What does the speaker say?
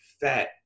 fat